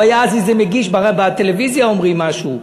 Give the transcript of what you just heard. הוא היה אז איזה מגיש בטלוויזיה, אומרים, משהו.